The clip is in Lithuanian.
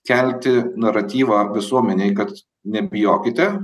kelti naratyvą visuomenei kad nebijokite